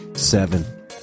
seven